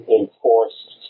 enforced